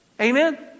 Amen